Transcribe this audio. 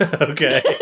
Okay